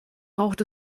braucht